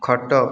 ଖଟ